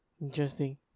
Interesting